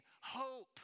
hope